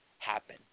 Happen